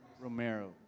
Romero